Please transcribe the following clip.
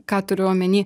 ką turiu omeny